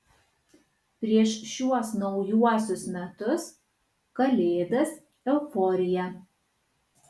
prieš šiuos naujuosius metus kalėdas euforija